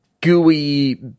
gooey